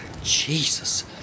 Jesus